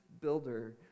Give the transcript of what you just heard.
builder